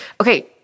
Okay